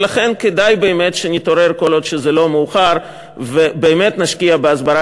ולכן כדאי באמת שנתעורר כל עוד זה לא מאוחר ובאמת נשקיע בהסברה